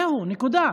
זהו, נקודה.